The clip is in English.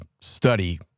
study